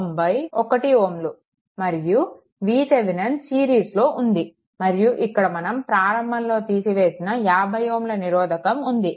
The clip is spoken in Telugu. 91 Ω మరియు VThevenin సిరీస్లో ఉంది మరియు ఇక్కడ మనం ప్రారంభంలో తీసివేసిన 50 Ω నిరోధకం ఉంది